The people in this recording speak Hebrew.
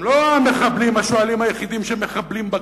הם לא המחבלים, השועלים היחידים שמחבלים בכרמים,